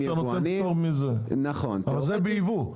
אבל זה בייבוא.